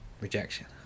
rejection